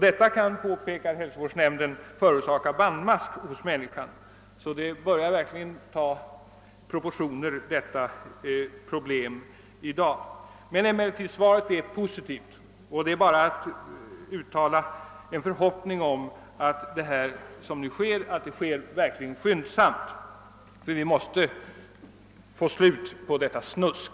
Detta kan, påpekar hälsovårdsnämnden, förorsaka bandmask hos människan. Problemet börjar sålunda verkligen ta proportiorer. Svaret är dock positivt, och det återstår bara att uttala en förhoppning om att det som nu förestår verkligen skall göras skyndsamt, ty vi måste få slut på detta snusk.